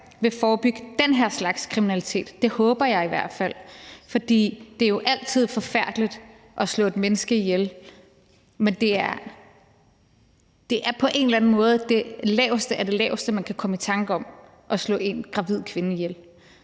vil forebygge den her slags kriminalitet – det håber jeg i hvert fald – for det er jo altid forfærdeligt at slå et menneske ihjel, men det er på en eller anden måde det laveste af det lave, man kan komme i tanke om, at slå en gravid kvinde ihjel.